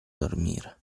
dormire